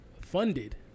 funded